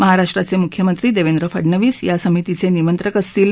महाराष्ट्राचे मुख्यमंत्री देवेंद्र फडनवीस या समितीचे निमंत्रक असतील